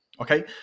Okay